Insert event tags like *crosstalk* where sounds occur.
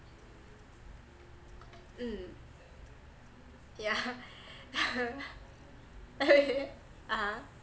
mm yeah *laughs* (uh huh)